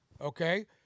okay